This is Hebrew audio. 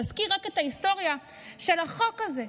רק להזכיר את ההיסטוריה של החוק הזה.